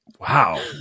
Wow